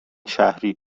شهری